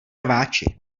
rváči